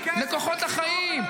לכוחות החיים,